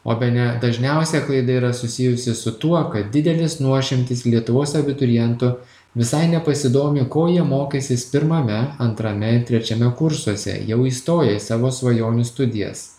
o bene dažniausia klaida yra susijusi su tuo kad didelis nuošimtis lietuvos abiturientų visai nepasidomi ko jie mokysis pirmame antrame ir trečiame kursuose jau įstoję į savo svajonių studijas